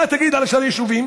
מה תגיד על שאר היישובים?